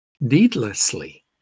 needlessly